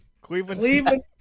Cleveland